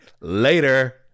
later